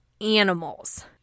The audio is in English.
animals